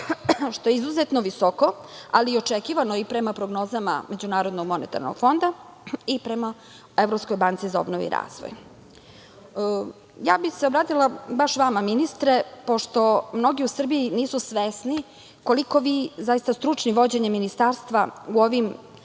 što je izuzetno visoko, ali i očekivano i prema prognozama MMF-a i prema Evropskoj banci za obnovu i razvoj. Obratila bih se baš vama ministre, pošto mnogi u Srbiji nisu svesni koliko vi zaista stručno vodite ministarstva u ovim